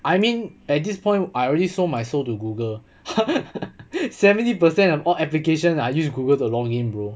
I mean at this point I already sold my soul to Google seventy percent of all application I used Google to login bro